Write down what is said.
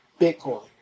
Bitcoin